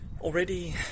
already